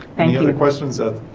any other questions that